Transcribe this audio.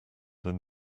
than